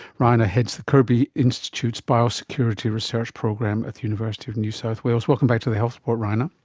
raina heads the kirby institute's biosecurity research program at the university of new south wales. welcome back to the health report, raina.